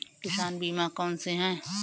किसान बीमा कौनसे हैं?